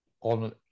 on